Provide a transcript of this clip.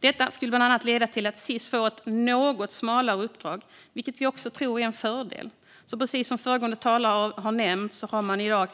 Detta skulle bland annat leda till att Sis får ett något smalare uppdrag, vilket vi också tror är en fördel. Precis som föregående talare har nämnt har man i dag